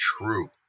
true